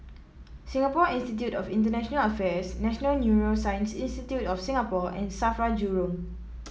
Singapore Institute of International Affairs National Neuroscience Institute of Singapore and Safra Jurong